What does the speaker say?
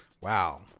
Wow